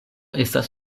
estas